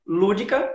lúdica